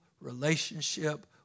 relationship